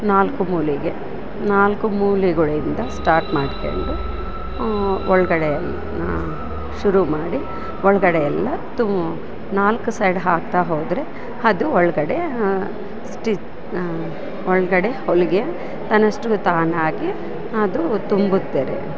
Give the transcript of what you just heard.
ನಾಲ್ಕು ಮೂಲೆಗೆ ನಾಲ್ಕು ಮೂಲೆಗಳಿಂದ ಸ್ಟಾರ್ಟ್ ಮಾಡ್ಕೊಂಡು ಒಳಗಡೆ ಶುರು ಮಾಡಿ ಒಳಗಡೆಯೆಲ್ಲ ತುಮ್ ನಾಲ್ಕು ಸೈಡ್ ಹಾಕ್ತಾ ಹೋದರೆ ಅದು ಒಳಗಡೆ ಸ್ಟಿ ಒಳಗಡೆ ಹೊಲಿಗೆ ತನ್ನಷ್ಟು ತಾನಾಗಿ ಅದು ತುಂಬುತ್ತೆ ರೀ